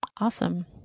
Awesome